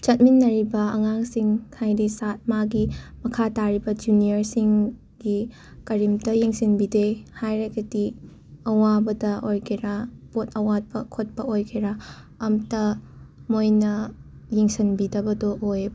ꯆꯠꯃꯤꯟꯅꯔꯤꯕ ꯑꯉꯥꯡꯁꯤꯡ ꯍꯥꯏꯗꯤ ꯁꯥꯠ ꯃꯥꯒꯤ ꯃꯈꯥ ꯇꯥꯔꯤꯕ ꯖꯨꯅꯤꯌꯔꯁꯤꯡꯒꯤ ꯀꯔꯤꯝꯇ ꯌꯦꯡꯁꯤꯟꯕꯤꯗꯦ ꯍꯥꯏꯔꯒꯗꯤ ꯑꯋꯥꯕꯗ ꯑꯣꯏꯒꯦꯔ ꯄꯣꯠ ꯑꯋꯥꯠꯄ ꯈꯣꯠꯄ ꯑꯣꯏꯒꯦꯔ ꯑꯝꯇ ꯃꯣꯏꯅ ꯌꯦꯡꯁꯟꯕꯤꯗꯕꯗꯣ ꯑꯣꯏꯌꯦꯕ